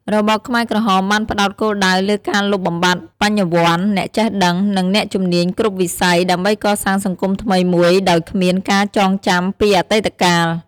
របបខ្មែរក្រហមបានផ្តោតគោលដៅលើការលុបបំបាត់បញ្ញវន្ត អ្នកចេះដឹង និងអ្នកជំនាញគ្រប់វិស័យ ដើម្បីកសាងសង្គមថ្មីមួយដោយគ្មានការចងចាំពីអតីតកាល។